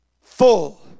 full